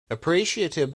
appreciative